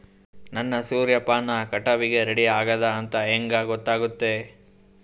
ನನ್ನ ಸೂರ್ಯಪಾನ ಕಟಾವಿಗೆ ರೆಡಿ ಆಗೇದ ಅಂತ ಹೆಂಗ ಗೊತ್ತಾಗುತ್ತೆ?